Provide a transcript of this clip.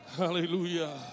hallelujah